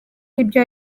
ibyo